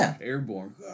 airborne